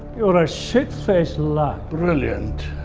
you're a shitfaced liar. brilliant.